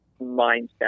mindset